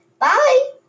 Bye